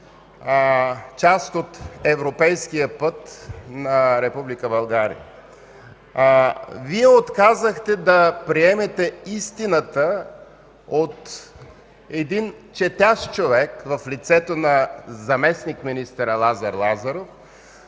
част от европейския път на Република България. Вие отказахте да приемете истината от един четящ човек в лицето на заместник-министър Лазар Лазаров,